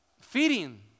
Feeding